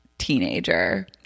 Teenager